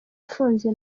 ufunze